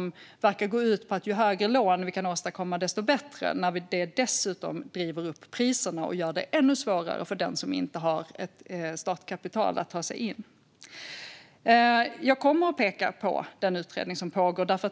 Den verkar gå ut på att ju högre lån vi kan få, desto bättre. Det driver dessutom upp priserna och gör det ännu svårare för den som inte har ett startkapital för att ta sig in på bostadsmarknaden. Jag kommer att peka på den utredning som pågår.